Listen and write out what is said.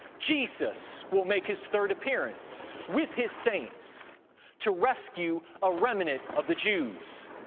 jesus will make his third appearance with his saints to rescue a remnant of the jews.